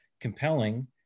compelling